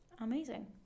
Amazing